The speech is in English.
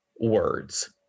words